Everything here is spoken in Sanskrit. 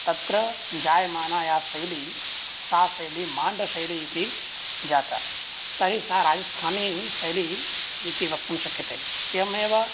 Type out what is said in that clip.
तत्र जायमाना या शैली सा शैली माण्डशैली इति जाता तर्हि सा राजस्थानीशैली इति वक्तुं शक्यते एवमेव